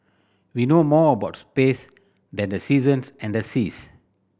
we know more about space than the seasons and the seas